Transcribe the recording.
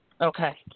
Okay